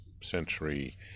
century